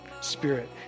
spirit